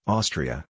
Austria